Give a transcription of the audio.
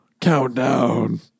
Countdown